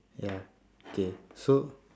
ya okay so